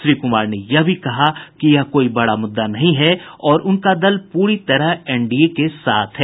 श्री कुमार ने यह भी कहा कि यह कोई बड़ा मुद्दा नहीं है और उनका दल पूरी तरह एनडीए के साथ है